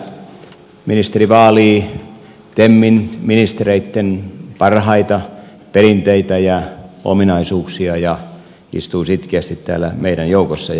ministeri vaalii temin ministereitten parhaita perinteitä ja ominaisuuksia ja istuu sitkeästi täällä meidän joukossamme